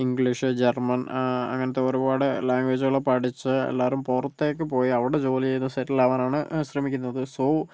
English German അങ്ങനത്തെ ഒരുപാട് ലാഗ്വേജുകള് പഠിച്ച് എല്ലാരും പുറത്തേക്ക് പോയി അവിടെ ജോലി ചെയ്ത് സെറ്റിൽ ആവാനാണ് ശ്രമിക്കുന്നത് സൊ